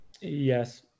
Yes